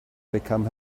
become